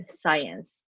science